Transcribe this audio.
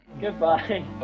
Goodbye